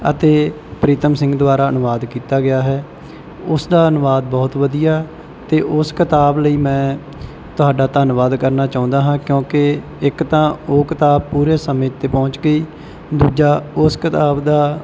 ਅਤੇ ਪ੍ਰੀਤਮ ਸਿੰਘ ਦੁਆਰਾ ਅਨੁਵਾਦ ਕੀਤਾ ਗਿਆ ਹੈ ਉਸ ਦਾ ਅਨੁਵਾਦ ਬਹੁਤ ਵਧੀਆ ਅਤੇ ਉਸ ਕਿਤਾਬ ਲਈ ਮੈਂ ਤੁਹਾਡਾ ਧੰਨਵਾਦ ਕਰਨਾ ਚਾਹੁੰਦਾ ਹਾਂ ਕਿਉਂਕਿ ਇੱਕ ਤਾਂ ਉਹ ਕਿਤਾਬ ਪੂਰੇ ਸਮੇਂ 'ਤੇ ਪਹੁੰਚ ਗਈ ਦੂਜਾ ਉਸ ਕਿਤਾਬ ਦਾ